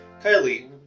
Kylie